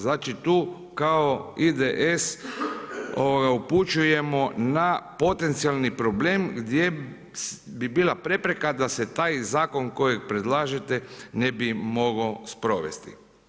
Znači tu kao IDS upućujemo na potencijalni problem gdje bi bila prepreka da se taj zakon kojeg predlažete ne bi mogao sprovesti.